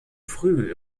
früh